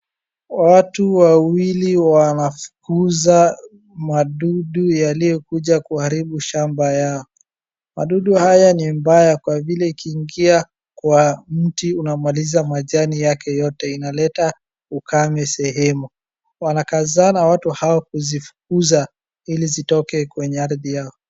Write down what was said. Watu wawili wanafukuza madudu yaliyokuja kuharibu shamba yao. Wadudu haya ni mbaya kwa vile ikiingia kwa mti unamaliza majani yake yote inaleta ukame shemu. Wanakazana watu hao kuzifukuza ilizitoke kwenye ardhi yao.